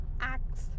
Acts